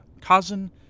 cousin